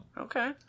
Okay